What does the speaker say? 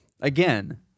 Again